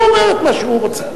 הוא אומר את מה שהוא רוצה.